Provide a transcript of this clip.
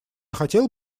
хотел